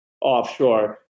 offshore